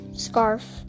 scarf